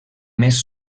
més